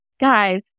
guys